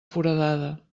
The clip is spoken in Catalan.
foradada